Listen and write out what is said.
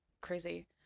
crazy